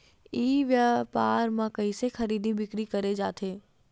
ई व्यापार म कइसे खरीदी बिक्री करे जाथे?